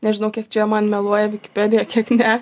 nežinau kiek čia man meluoja vikipedija kiek ne